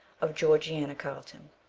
of georgiana carlton.